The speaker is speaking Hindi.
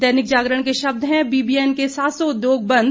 दैनिक जागरण के शब्द हैं बीबीएन के सात सौ उद्योग बंद